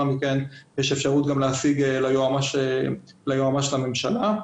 מכן יש גם אפשרות להסיג ליועץ המשפטי לממשלה.